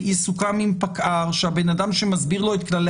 שיסוכם עם פקע"ר שהבן אדם שמסביר לו את כללי